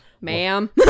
ma'am